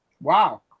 Wow